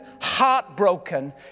heartbroken